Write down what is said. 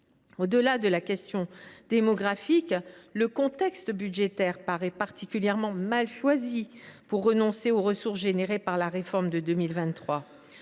Au delà de la question démographique, le contexte budgétaire paraît particulièrement mal choisi pour renoncer aux recettes générées par la réforme de 2023.